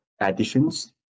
additions